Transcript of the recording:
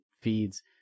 feeds